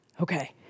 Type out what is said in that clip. Okay